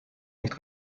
nicht